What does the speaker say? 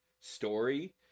story